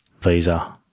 visa